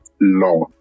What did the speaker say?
law